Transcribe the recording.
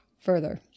further